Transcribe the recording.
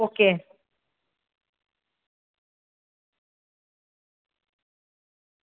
okay